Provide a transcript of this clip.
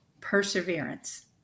perseverance